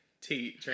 tea